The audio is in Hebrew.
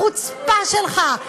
החוצפה שלך,